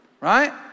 right